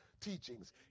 teachings